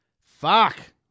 Fuck